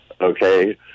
Okay